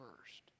first